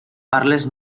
parles